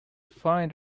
find